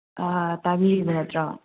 ꯑꯥ ꯇꯥꯕꯤꯔꯤꯕ ꯅꯠꯇ꯭ꯔꯣ